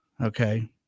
okay